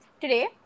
today